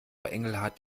engelhart